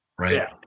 right